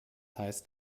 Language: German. heißt